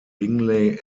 bingley